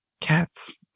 Cats